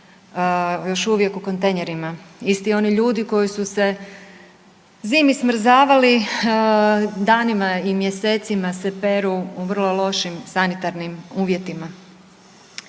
još uvijek u kontejnerima. Isti oni ljudi koji su se zimi smrzavali danima i mjesecima se peru u vrlo lošim sanitarnim uvjetima.